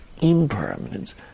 impermanence